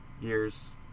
years